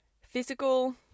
physical